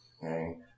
Okay